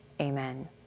Amen